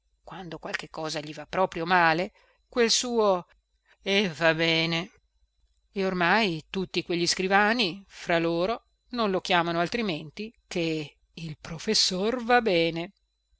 qualche cosa gli va proprio male quel suo e va bene e ormai tutti quegli scrivani fra loro non lo chiamano altrimenti che il professor vabene